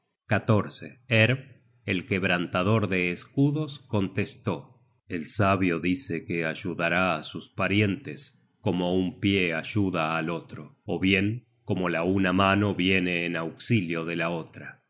krp el quebrantador de escudos contestó el sabio dice que ayudará á sus parientes como un pie ayuda al otro ó bien como la una mano viene en auxilio de la otra á